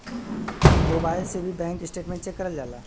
mobile से भी bank statement check करल जाला